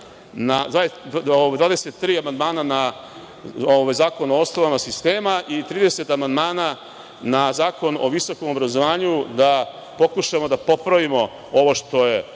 23 amandmana na Zakon o osnovama sistema i 30 amandmana na Zakon o visokom obrazovanju da pokušamo da popravimo ovo što je